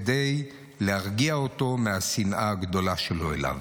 כדי להרגיע אותו מהשנאה הגדולה שלו אליו.